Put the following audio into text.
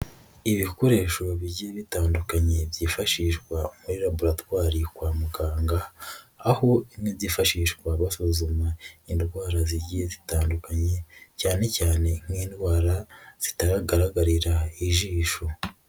Ibi bikoresho bigiye bitandukanye byifashishwa muri laburatwari kwa muganga aho bimwe byifashishwa basuzuma indwara zigiye zitandukanye cyane cyane nk'indwara zitagaragarira ijisho.